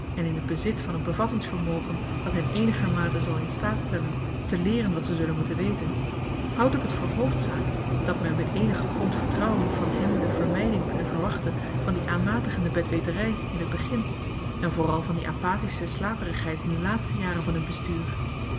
en in t bezit van een bevattingsvermogen dat hen eenigermate zal in staat stellen te leeren wat ze zullen moeten weten houd ik t voor hoofdzaak dat men met eenig gegrond vertrouwen van hen de vermyding kunne verwachten van die aanmatigende betwetery in t begin en vooral van die apathische slaperigheid in de laatste jaren van hun bestuur